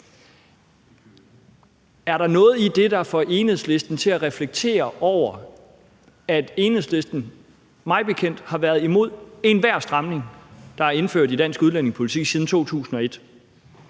er der så noget ved den, der får Enhedslisten til at reflektere over, at Enhedslisten mig bekendt har været imod enhver stramning, der er indført i dansk udlændingepolitik siden 2001,